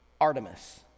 Artemis